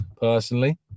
personally